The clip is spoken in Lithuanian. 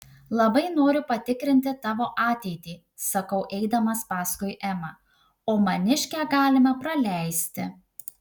labai noriu patikrinti tavo ateitį sakau eidamas paskui emą o maniškę galime praleisti